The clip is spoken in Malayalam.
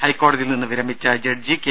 ഹൈക്കോടതിയിൽ നിന്ന് വിരമിച്ച ജഡ്ജി കെ